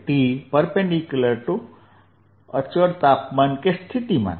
V T અચળ તાપમાન કે સ્થિતિમાન